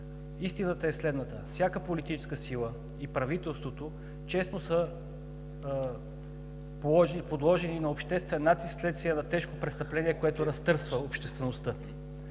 Истината е следната. Всяка политическа сила и правителството често са подложени на обществен натиск вследствие на тежко престъпление, което разтърсва обществеността.